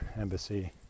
embassy